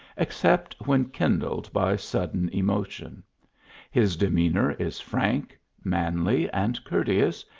except when kindled by sudden emotion his de meanour is frank, manly, and courteous,